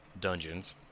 dungeons